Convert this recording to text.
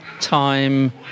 time